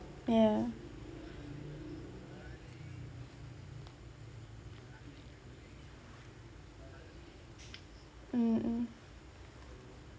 ya mm mm